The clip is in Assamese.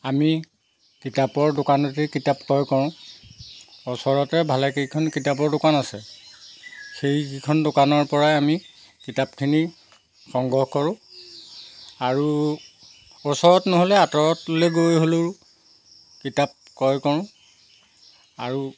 আমি কিতাপৰ দোকানতেই কিতাপ ক্ৰয় কৰোঁ ওচৰতে ভালেকেইখন কিতাপৰ দোকান আছে সেইকেইখন দোকানৰ পৰাই আমি কিতাপখিনি সংগ্ৰহ কৰোঁ আৰু ওচৰত নহ'লেও আঁতৰলৈ গৈ হ'লেও কিতাপ ক্ৰয় কৰোঁ আৰু